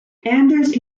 anders